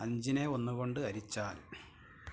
അഞ്ചിനെ ഒന്ന് കൊണ്ട് ഹരിച്ചാൽ